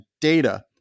data